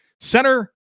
center